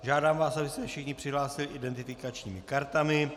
Žádám vás, abyste se všichni přihlásili identifikačními kartami.